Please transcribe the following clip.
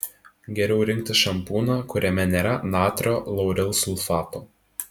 geriau rinktis šampūną kuriame nėra natrio laurilsulfato